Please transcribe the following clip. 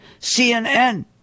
cnn